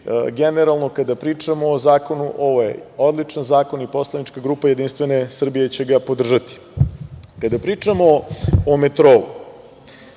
generalno kada pričamo o zakonu, ovo je odličan zakon i poslanička grupa Jedinstvene Srbije će ga podržati. Kada pričamo o metrou,